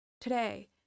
Today